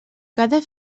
cada